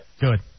Good